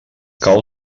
cal